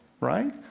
Right